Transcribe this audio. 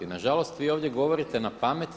Na žalost vi ovdje govorite na pamet.